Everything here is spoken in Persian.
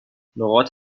نقاط